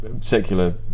secular